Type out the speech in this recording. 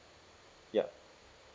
ya